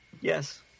Yes